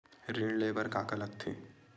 ऋण ले बर का का लगथे?